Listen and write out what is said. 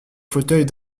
fauteuils